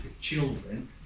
children